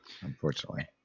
unfortunately